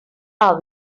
are